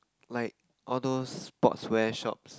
like all those sportswear shops